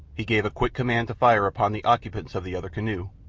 he gave a quick command to fire upon the occupants of the other canoe,